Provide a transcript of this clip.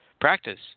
Practice